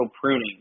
pruning